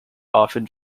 often